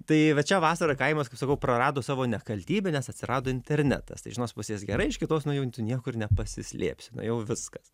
tai vat šią vasarą kaimas kaip sakau prarado savo nekaltybę nes atsirado internetas tai iš vienos pusės gerai iš kitos nu jau tu niekur nepasislėpsi nu jau viskas